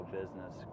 business